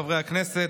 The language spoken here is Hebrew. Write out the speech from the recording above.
חברי הכנסת,